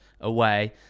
away